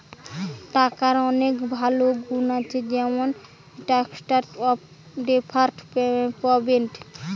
টাকার অনেক ভালো গুন্ আছে যেমন স্ট্যান্ডার্ড অফ ডেফার্ড পেমেন্ট